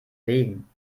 regen